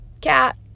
cat